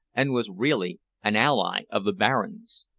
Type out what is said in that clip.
and was really an ally of the baron's.